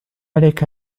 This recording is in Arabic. عليك